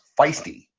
feisty